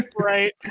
right